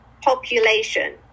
population